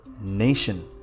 nation